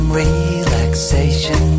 relaxation